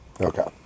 Okay